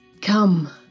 Come